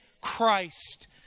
Christ